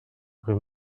rue